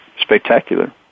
spectacular